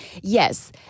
Yes